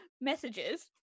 messages